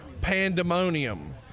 pandemonium